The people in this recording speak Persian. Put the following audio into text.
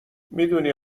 میدونی